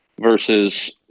versus